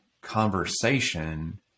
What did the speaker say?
conversation